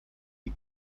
the